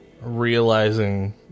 realizing